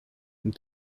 and